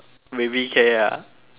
baby K ah